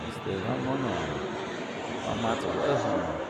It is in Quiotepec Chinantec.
Este báh muo noh báh máh tsáh úh éh joh noh